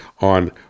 on